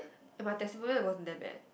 if my testimonial was damn bad